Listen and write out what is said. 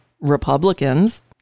Republicans